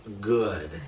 good